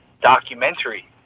documentary